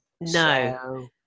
No